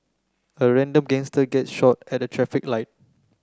a random gangster gets shot at a traffic light